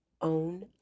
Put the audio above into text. own